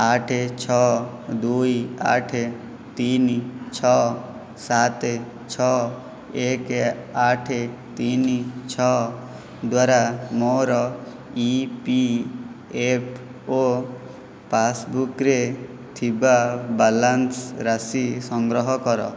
ଆଠ ଛଅ ଦୁଇ ଆଠ ତିନି ଛଅ ସାତ ଛଅ ଏକ ଆଠ ତିନି ଛଅ ଦ୍ୱାରା ମୋର ଇ ପି ଏଫ୍ ଓ ପାସବୁକ୍ରେ ଥିବା ବାଲାନ୍ସ ରାଶି ସଂଗ୍ରହ କର